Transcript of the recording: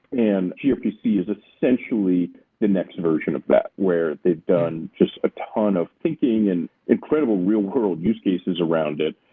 and grpc is essentially the next version of that where they've done just a ton of thinking and incredible real-world use cases around it.